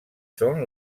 són